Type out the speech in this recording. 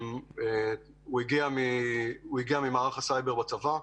הוא הגיע ממערך הסייבר בצבא,